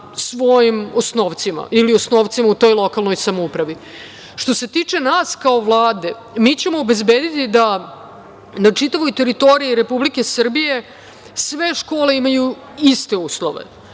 svojim osnovcima ili osnovcima u toj lokalnoj samoupravi. Što se tiče nas kao Vlade, mi ćemo obezbediti da na čitavoj teritoriji Republike Srbije sve škole imaju iste uslove,